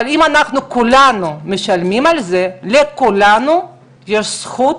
אבל אם אנחנו כולנו משלמים על זה לכולנו יש זכות